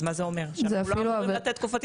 אז מה זה אומר שאנחנו לא צריכים לתת תקופות התארגנות?